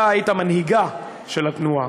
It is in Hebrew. אתה היית חניכה של התנועה